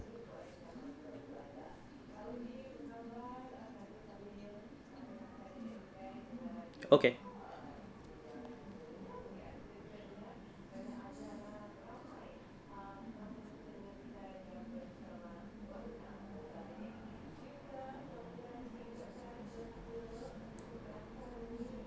okay